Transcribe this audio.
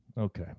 okay